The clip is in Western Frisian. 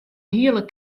hiele